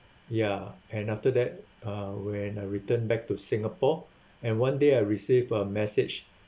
ya and after that uh when I return back to singapore and one day I received a message